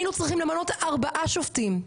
היינו צריכים למנות ארבעה שופטים,